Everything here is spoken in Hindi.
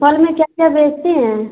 फल में क्या क्या बेचती हैं